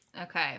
Okay